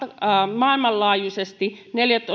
maailmanlaajuisesti